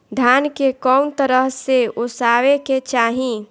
धान के कउन तरह से ओसावे के चाही?